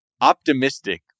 optimistic